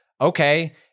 Okay